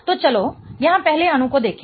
तो चलो यहाँ पहले अणु को देखें